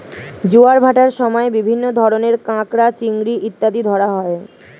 জোয়ার ভাটার সময় বিভিন্ন ধরনের কাঁকড়া, চিংড়ি ইত্যাদি ধরা হয়